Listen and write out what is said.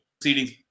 proceedings